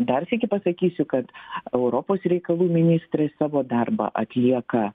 dar sykį pasakysiu kad europos reikalų ministrai savo darbą atlieka